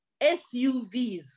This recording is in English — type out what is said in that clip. SUVs